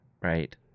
Right